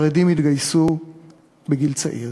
החרדים יתגייסו בגיל צעיר.